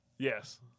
Yes